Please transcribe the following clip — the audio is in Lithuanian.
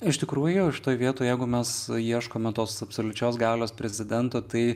iš tikrųjų šitoj vietoj jeigu mes ieškome tos absoliučios galios prezidento tai